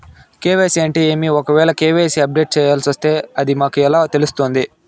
KYC అంటే ఏమి? ఒకవేల కె.వై.సి అప్డేట్ చేయాల్సొస్తే అది మాకు ఎలా తెలుస్తాది?